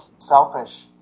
selfish